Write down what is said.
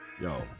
Yo